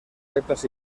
rectas